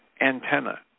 antenna